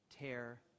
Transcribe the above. tear